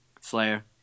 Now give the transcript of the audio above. Slayer